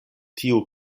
tiu